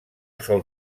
sol